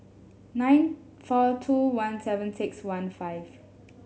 nine four two one seven six one five